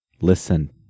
Listen